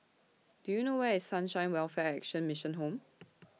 Do YOU know Where IS Sunshine Welfare Action Mission Home